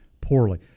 poorly